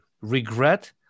Regret